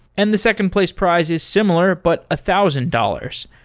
and the second place prize is similar, but a thousand dollars.